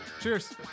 Cheers